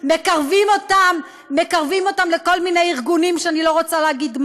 מקרבים אותם לכל מיני ארגונים שאני לא רוצה להגיד,